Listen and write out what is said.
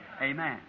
Amen